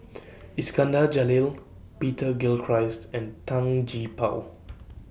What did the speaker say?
Iskandar Jalil Peter Gilchrist and Tan Gee Paw